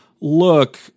look